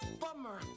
bummer